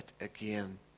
again